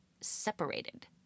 separated